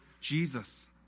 Jesus